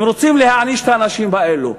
הם רוצים להעניש את הנשים האלה.